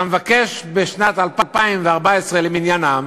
אתה מבקש בשנת 2014 למניינם,